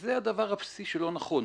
וזה הדבר הבסיסי שלא נכון.